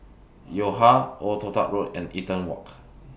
Yo Ha Old Toh Tuck Road and Eaton Walk